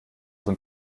von